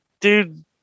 Dude